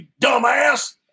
dumbass